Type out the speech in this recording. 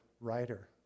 writer